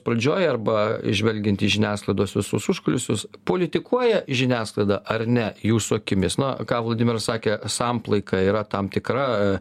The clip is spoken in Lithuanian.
pradžioj arba žvelgiant į žiniasklaidos visus užkulisius politikuoja žiniasklaida ar ne jūsų akimis na ką vladimiras sakė samplaika yra tam tikra